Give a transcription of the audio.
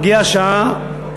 הגיעה השעה,